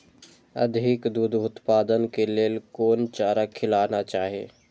अधिक दूध उत्पादन के लेल कोन चारा खिलाना चाही?